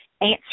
answer